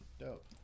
Dope